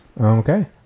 Okay